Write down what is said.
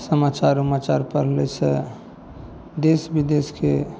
समाचार उमाचार पढ़लासॅं देश बिदेशके